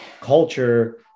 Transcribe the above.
culture